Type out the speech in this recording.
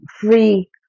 free